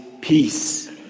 peace